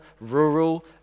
rural